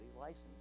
License